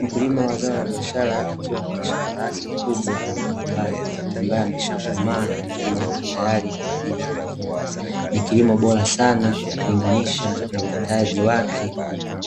Mkulima wa zao la biashara akiwa kwenye shamba lake kubwa la mapapai, ambayo yameshakomaa na mengine yapo tayari kwa ajili ya kuvunwa. Ni kilimo bora sana ukilinganisha na uhitaji wake